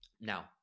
Now